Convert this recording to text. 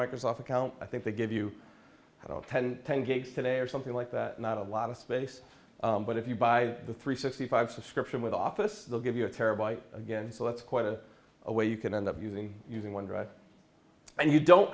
microsoft account i think they give you i don't ten ten gauge today or something like that not a lot of space but if you buy the three sixty five subscription with office they'll give you a terabyte again so that's quite a way you can end up using using one and you don't